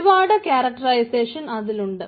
ഒരുപാട് ക്യാരക്ടറൈസേഷൻ അതിലുണ്ട്